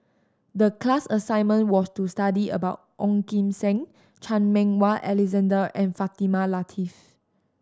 the class assignment was to study about Ong Kim Seng Chan Meng Wah Alexander and Fatimah Lateef